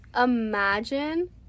imagine